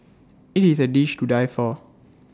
IT is A dish to die for